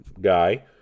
guy